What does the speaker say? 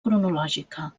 cronològica